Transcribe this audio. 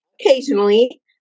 Occasionally